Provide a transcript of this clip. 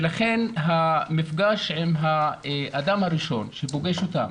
ולכן המפגש עם האדם הראשון שפוגש אותם,